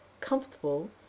comfortable